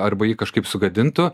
arba jį kažkaip sugadintų